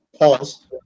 pause